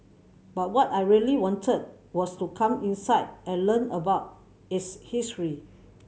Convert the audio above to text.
but what I really wanted was to come inside and learn about its history